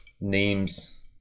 names